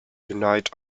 unite